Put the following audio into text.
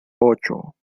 ocho